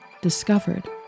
discovered